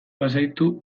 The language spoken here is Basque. bazaitu